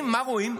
מה רואים?